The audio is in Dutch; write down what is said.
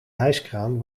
hijskraan